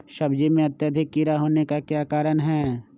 सब्जी में अत्यधिक कीड़ा होने का क्या कारण हैं?